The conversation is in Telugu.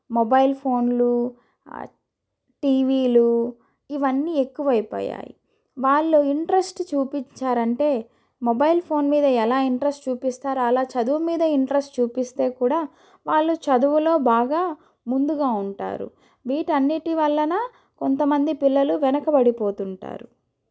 మొబైల్ ఫోన్లు టీవీలు ఇవన్నీ ఎక్కువ అయిపోయాయి వాళ్ళు ఇంట్రెస్ట్ చూపిచ్చారంటే మొబైల్ ఫోన్ మీద ఎలా ఇంట్రెస్ట్ చూపిస్తారో అలా చదువు మీద ఇంట్రెస్ట్ చూపిస్తే కూడా వాళ్ళు చదువులో బాగా ముందుగా ఉంటారు వీటన్నిటి వల్లన కొంతమంది పిల్లలు వెనకబడిపోతుంటారు